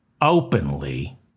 openly